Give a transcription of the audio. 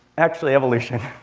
actually, evolution.